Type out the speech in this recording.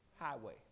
highway